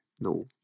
no